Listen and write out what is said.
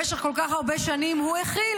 במשך כל כך הרבה שנים הוא הכיל,